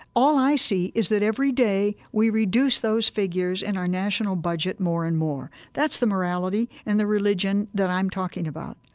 all i see is that every day we reduce those figures in our national budget more and more. that's the morality and the religion that i'm talking about.